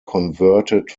converted